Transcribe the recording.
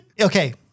Okay